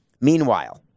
Meanwhile